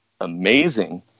amazing